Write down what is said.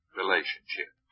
relationship